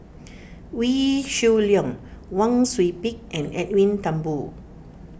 Wee Shoo Leong Wang Sui Pick and Edwin Thumboo